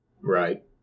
Right